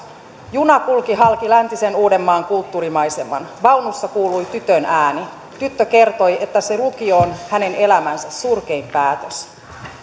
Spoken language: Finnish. juna kulki halki läntisen uudenmaan kulttuurimaiseman vaunussa kuului tytön ääni tyttö kertoi että se lukio on hänen elämänsä surkein päätös